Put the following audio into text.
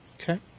Okay